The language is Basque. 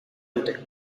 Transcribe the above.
dute